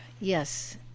Yes